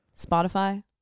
Spotify